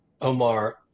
Omar